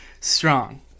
strong